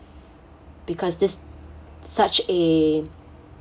because this such a